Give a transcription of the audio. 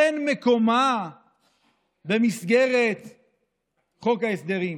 אין מקומה במסגרת חוק ההסדרים,